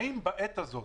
האם בעת הזאת